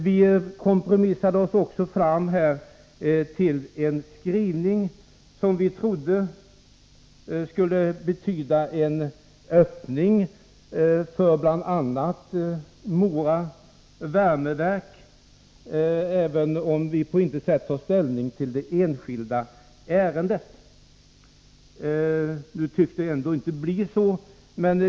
Vi kompromissade oss också fram till en skrivning som vi trodde skulle betyda en öppning för bl.a. Mora värmeverk, även om vi på intet sätt tagit ställning till det enskilda ärendet. Nu tycks det inte bli så.